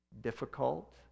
difficult